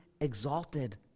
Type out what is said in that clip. exalted